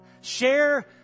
Share